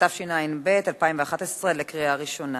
התשע"ב 2011, בקריאה ראשונה.